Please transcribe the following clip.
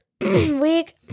week